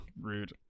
Rude